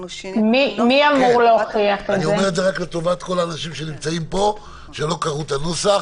אני אומר את זה לטובת כל האנשים שנמצאים פה ולא קראו את הנוסח.